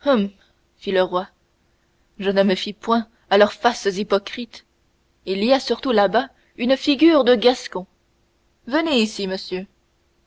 le roi je ne me fie point à leurs faces hypocrites il y a surtout là-bas une figure de gascon venez ici monsieur